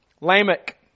lamech